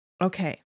Okay